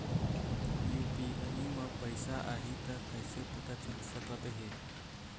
UPI म पैसा आही त कइसे पता चल सकत हे?